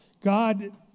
God